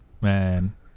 man